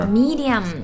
medium 。